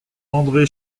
andré